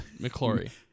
McClory